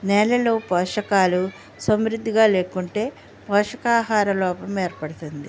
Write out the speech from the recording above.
నేలలో పోషకాలు సంవృద్ధిగా లేకుంటే పోషక ఆహార లోపం ఏర్పడుతుంది